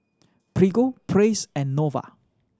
Prego Praise and Nova